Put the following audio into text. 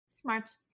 Smart